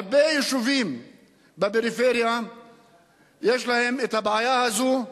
הרבה יישובים בפריפריה יש להם את הבעיה הזו,